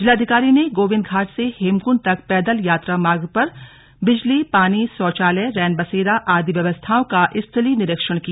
जिलाधिकारी ने गोवन्दिघाट से हेमकृण्ड तक पैदल यात्रामार्ग पर बिजली पानी शौचायल रैनबसेरा आदि व्यवस्थाओं का स्थलीय निरीक्षण किया